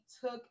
took